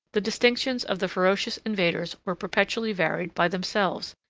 the distinctions of the ferocious invaders were perpetually varied by themselves,